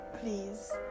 please